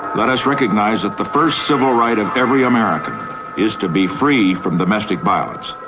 let us recognise that the first civil right of every american is to be free from domestic violence.